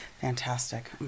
fantastic